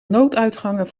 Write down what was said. nooduitgangen